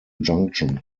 junction